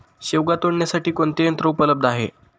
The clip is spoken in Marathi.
शेवगा तोडण्यासाठी कोणते यंत्र उपलब्ध आहे?